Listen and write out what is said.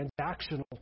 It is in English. transactional